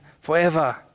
forever